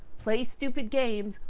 play stupid games,